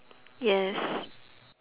yes